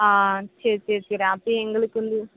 ஆ சரி சரி சரி அப்படியே எங்களுக்கு வந்து